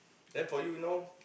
then for you now